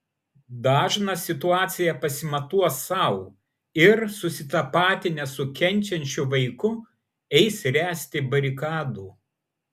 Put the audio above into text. dažnas situaciją pasimatuos sau ir susitapatinęs su kenčiančiu vaiku eis ręsti barikadų